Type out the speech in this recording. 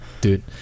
Dude